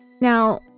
Now